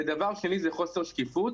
דבר שני, זה חוסר שקיפות,